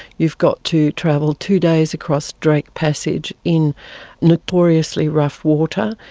you've got to travel two days across drake passage in notoriously rough water.